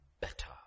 better